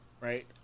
right